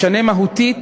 תשנה מהותית